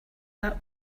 that